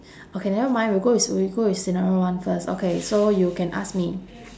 okay never mind we'll go with s~ we'll go with scenario one first okay so you can ask me